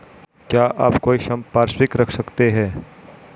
क्या आप कोई संपार्श्विक रख सकते हैं?